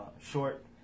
short